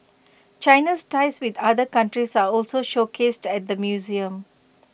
China's ties with other countries are also showcased at the museum